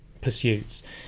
pursuits